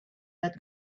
that